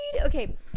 Okay